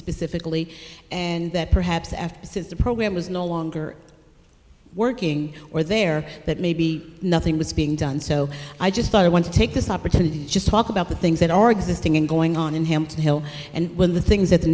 specifically and that perhaps after since the program was no longer working or there that maybe nothing was being done so i just i want to take this opportunity just talk about the things that are existing and going on in hampton hill and when the things that the